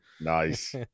Nice